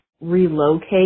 relocate